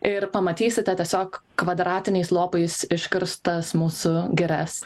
ir pamatysite tiesiog kvadratiniais lopais iškirstas mūsų girias